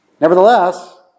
Nevertheless